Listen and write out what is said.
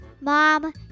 Mom